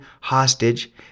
hostage